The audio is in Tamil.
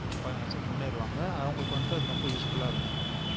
ப ச முன்னேறுவாங்க அவங்களுக்கு வந்துட்டு அது ரொம்ப யூஸ்ஃபுல்லாக இருக்கும்